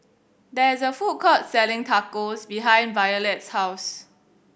there is a food court selling Tacos behind Violette's house